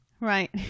Right